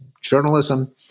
journalism